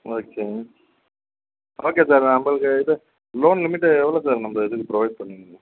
okay okay sir நம்பளுக்கு இது loan limit எவ்வளோ சார் நம்ப இதுக்கு ப்ரொவைட் பண்ணுவீங்க